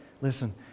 Listen